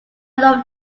love